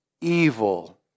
evil